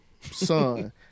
Son